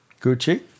Gucci